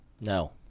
No